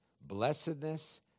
blessedness